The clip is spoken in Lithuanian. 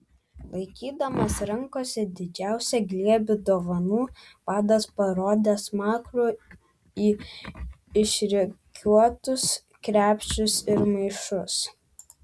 laikydamas rankose didžiausią glėbį dovanų vadas parodė smakru į išrikiuotus krepšius ir maišus